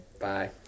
Bye